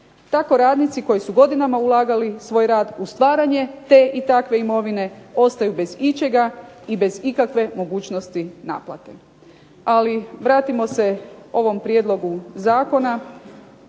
Tako radnici koji su godinama ulagali svoj rad u stvaranje te i takve imovine, ostaju bez ičega i bez ikakve mogućnosti naplate. Ali vratimo se ovom prijedlogu zakona.